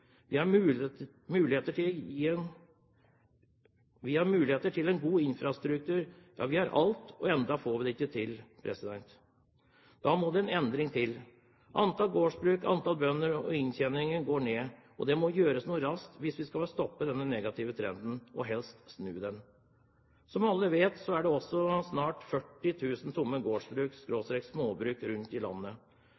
til en god infrastruktur. Ja, vi har alt, og enda får vi det ikke til. Da må det en endring til. Antall gårdsbruk og bønder blir færre, og inntjeningen går ned. Det må gjøres noe raskt hvis vi skal stoppe denne negative trenden, og helst snu den. Som alle vet, er det også snart 40 000 tomme